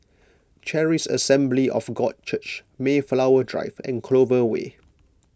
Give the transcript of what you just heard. Charis Assembly of God Church Mayflower Drive and Clover Way